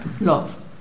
love